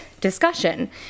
Discussion